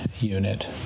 unit